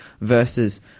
verses